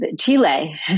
Chile